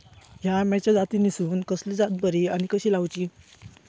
हया आम्याच्या जातीनिसून कसली जात बरी आनी कशी लाऊची?